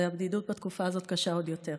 והבדידות בתקופה הזאת קשה עוד יותר.